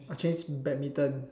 I'll change badminton